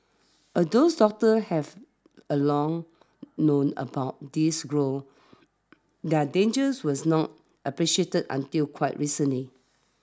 all those doctors have a long known about these growths their dangers was not appreciated until quite recently